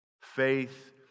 Faith